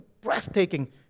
breathtaking